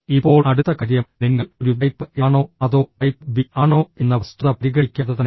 ഇപ്പോൾ അടുത്ത കാര്യം നിങ്ങൾ ഒരു ടൈപ്പ് എ ആണോ അതോ ടൈപ്പ് ബി ആണോ എന്ന വസ്തുത പരിഗണിക്കാതെ തന്നെ